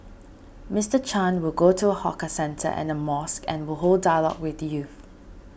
Mister Chan will go to a hawker centre and a mosque and hold a dialogue with youth